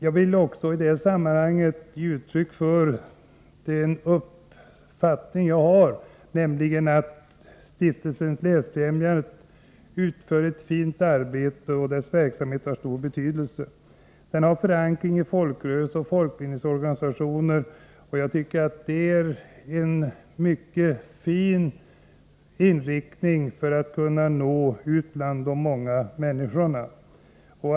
Jag vill i detta sammanhang också ge uttryck för min uppfattning, att Stiftelsen Litteraturfrämjandet utför ett fint arbete och att verksamheten har stor betydelse. Stiftelsen har förankring i folkrörelser och folkbildningsorganisationer, och jag tycker att detta är en mycket god grund för att man skall kunna nå ut till de många människorna.